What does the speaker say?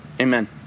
Amen